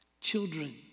Children